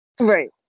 right